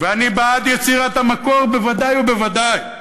ואני בעד יצירת המקור, בוודאי ובוודאי.